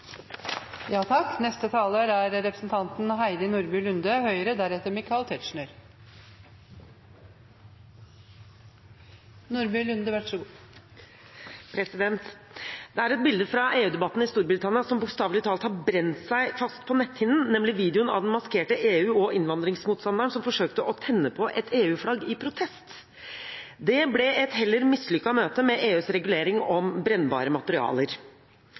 Det er et bilde fra EU-debatten i Storbritannia som bokstavelig talt har brent seg fast på netthinnen, nemlig videoen av den maskerte EU- og innvandringsmotstanderen som forsøkte å tenne på et EU-flagg i protest. Det ble et heller mislykket møte med EUs regulering om brennbare materialer.